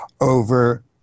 over